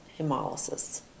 hemolysis